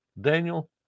Daniel